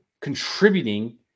contributing